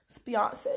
Beyonce